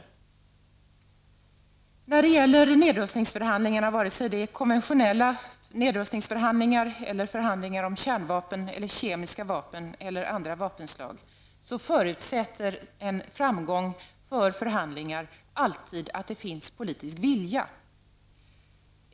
En förutsättning för framgång i nedrustningsförhandlingarna -- vare sig det gäller konventionella nedrustningsförhandlingar, förhandlingar om kärnvapen, kemiska vapen eller andra vapenslag -- är alltid att det finns en politisk vilja.